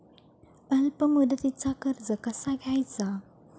अल्प मुदतीचा कर्ज कसा घ्यायचा?